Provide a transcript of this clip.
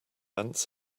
ants